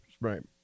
Right